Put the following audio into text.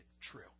true